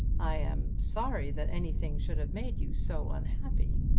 i am sorry that anything should have made you so unhappy.